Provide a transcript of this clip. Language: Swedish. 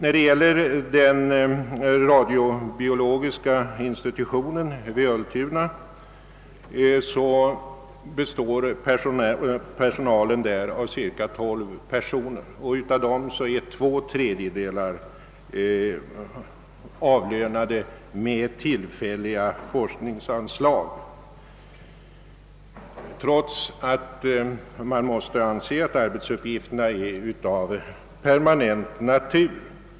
På den radiobiologiska institutionen vid Ultuna består personalen av cirka 12 personer. Av dem är två tredjedelar avlönade med tillfälliga forskningsanslag, trots att arbetsuppgifterna måste anses ha permanent natur.